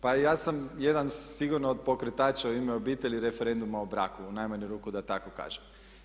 Pa ja sam jedan sigurno od pokretača „U ime obitelji“ i referenduma o braku u najmanju ruku da tako kažem.